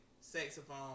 saxophone